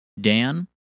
Dan